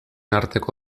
arteko